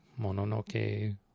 mononoke